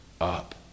up